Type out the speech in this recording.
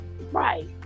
right